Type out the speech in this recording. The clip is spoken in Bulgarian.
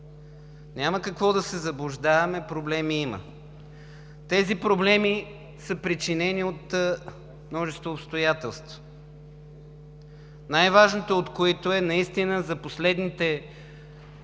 Няма какво да се заблуждаваме – проблеми има. Тези проблеми са причинени от множество обстоятелства, най-важното от които е – наистина за последните сигурно